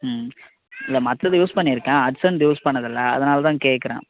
ம் இல்லை மற்றது யூஸ் பண்ணியிருக்கேன் ஹட்சனுது யூஸ் பண்ணதில்லை அதனால் தான் கேக்கிறேன்